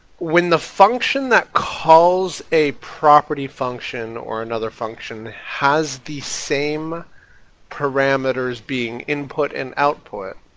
when the function that calls a property function, or another function, has the same parameters being input and output,